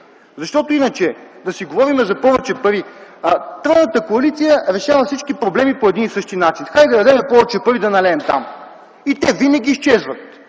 Защото, иначе да си говорим за повече пари... Тройната коалиция решава всички проблеми по един и същи начин: „Хайде да дадем повече пари, да налеем там.” И те винаги изчезват.